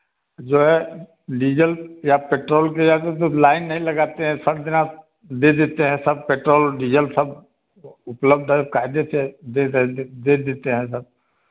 जो है डीजल या पेट्रोल के या तो जब लाइन नहीं लगाते हैं सब जने दे देते हैं सब पेट्रोल डीजल सब वा उपलब्ध है कायजे से देदे दे देते हैं सब